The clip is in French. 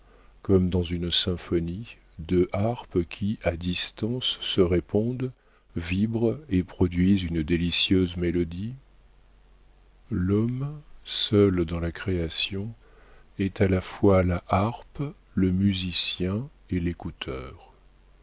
comme dans une symphonie deux harpes qui à distance se répondent vibrent et produisent une délicieuse mélodie l'homme seul dans la création est à la fois la harpe le musicien et l'écouteur